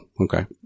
Okay